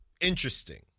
interesting